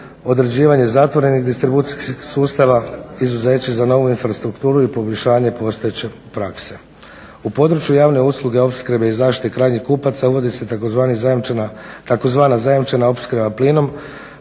određivanje zatvorenih distribucijskih sustava, izuzeće za novu infrastrukturu i poboljšanje postojeće prakse. U području javne usluge, opskrbe i zaštite krajnjih kupaca uvodi se tzv. zajamčena opskrba plinom